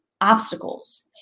obstacles